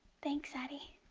thanks, addie.